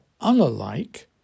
unalike